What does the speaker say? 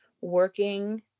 working